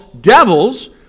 devils